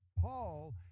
Paul